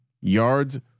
Yards